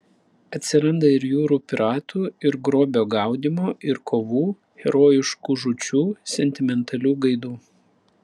atsiranda ir jūrų piratų ir grobio gaudymo ir kovų herojiškų žūčių sentimentalių gaidų